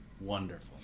Wonderful